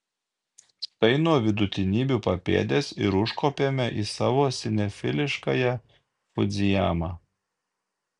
štai nuo vidutinybių papėdės ir užkopėme į savo sinefiliškąją fudzijamą